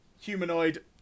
humanoid